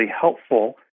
helpful